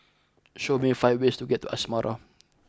show me five ways to get to Asmara